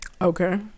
Okay